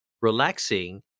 relaxing